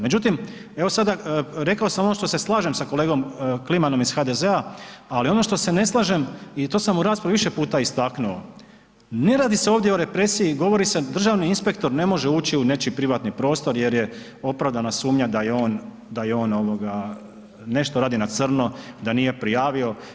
Međutim, evo sada rekao sam ono što se slažem sa kolegom Klimanom iz HDZ-a ali ono što se ne slažem i to sam u raspravi više puta istaknuo, ne radi se ovdje o represiji, govori se Državni inspektor ne može ući u nečiji privatni prostor, jer je opravdana sumnja da je on, on, nešto ovoga, radi na crno, da nije prijavio.